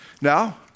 Now